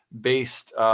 based